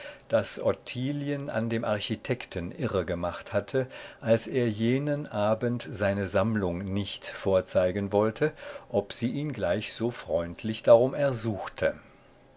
das ottilien an dem architekten irregemacht hatte als er jenen abend seine sammlung nicht vorzeigen wollte ob sie ihn gleich so freundlich darum ersuchte